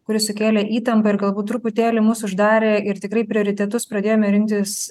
kuris sukėlė įtampą ir galbūt truputėlį mus uždarė ir tikrai prioritetus pradėjome rinktis